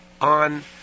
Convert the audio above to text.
On